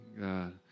God